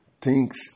thinks